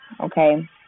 okay